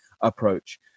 approach